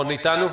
רון איתנו?